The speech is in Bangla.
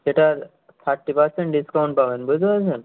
সেটার থার্টি পারসেন্ট ডিসকাউন পাবেন বুজদে পেরেছেন